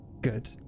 Good